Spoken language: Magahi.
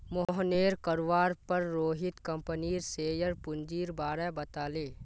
मोहनेर कहवार पर रोहित कंपनीर शेयर पूंजीर बारें बताले